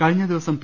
കഴിഞ്ഞ ദിവസം പി